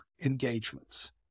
engagements